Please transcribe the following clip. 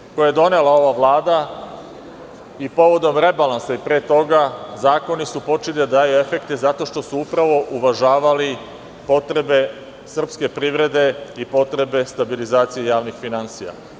Mere, koje je donela ova Vlada i povodom rebalansa i pre toga, zakoni su počeli da daju efekte zato što su upravo uvažavali potrebe srpske privrede i potrebe stabilizacije javnih finansija.